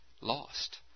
lost